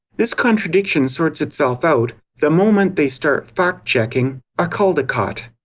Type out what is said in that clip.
this contradiction sorts itself out, the moment they start fact-checking a caldicott.